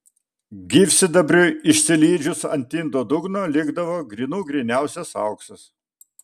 gyvsidabriui išsilydžius ant indo dugno likdavo grynų gryniausias auksas